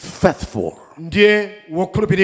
faithful